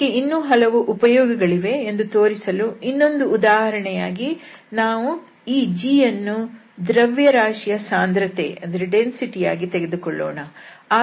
ಇದಕ್ಕೆ ಇನ್ನೂ ಹಲವು ಉಪಯೋಗಗಳಿವೆ ಎಂದು ತೋರಿಸಲು ಇನ್ನೊಂದು ಉದಾಹರಣೆಯಾಗಿ ಈ g ಯನ್ನು ದ್ರವ್ಯರಾಶಿಯ ಸಾಂದ್ರತೆ ಯಾಗಿ ತೆಗೆದುಕೊಳ್ಳೋಣ